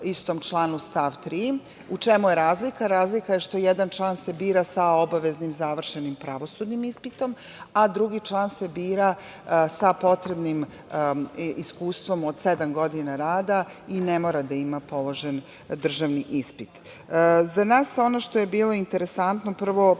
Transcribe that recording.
istom članu stav 3. U čemu je razlika? Razlika je što jedan član se bira sa obaveznim završenim pravosudnim ispitom, a drugi član se bira sa potrebnim iskustvom od sedam godina rada i ne mora da ima položen državni ispit.Za nas ono što je bilo interesantno, prvo